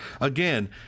again